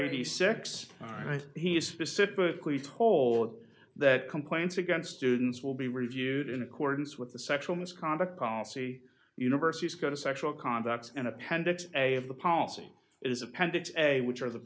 right he is specifically told that complaints against students will be reviewed in accordance with the sexual misconduct policy universities go to sexual contacts and appendix a of the policy is appendix a which are the